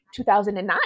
2009